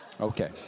Okay